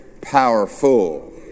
powerful